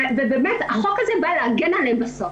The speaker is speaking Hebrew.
באמת, החוק הזה בא להגן עליהם בסוף.